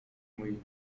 moich